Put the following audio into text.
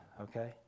Okay